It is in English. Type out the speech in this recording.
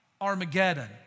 Armageddon